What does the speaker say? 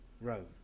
Rome